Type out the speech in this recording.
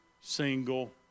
single